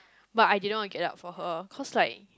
but I didn't want to get up for her cause like